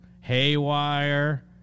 Haywire